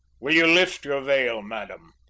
will you lift your veil, madam?